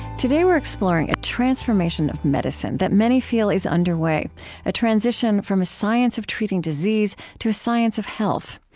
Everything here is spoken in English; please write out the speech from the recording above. today we're exploring a transformation of medicine that many feel is underway a transition from a science of treating disease to a science of health.